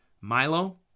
milo